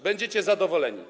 Będziecie zadowoleni.